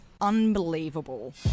unbelievable